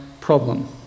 problem